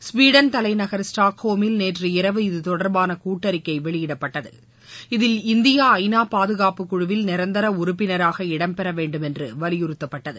Sweden தலைநகர் ஸ்டாக் ஹோமில் நேற்றிரவு இதுதொடர்பான கூட்டறிக்கை வெளியிடப்பட்டது இதில் இந்தியா ஜநா பாதகாப்புக் குழுவில் நிரந்தர உறுப்பினராக இடம்பெறவேண்டும் என்று வலியுறுத்தப்பட்டது